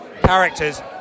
characters